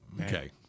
Okay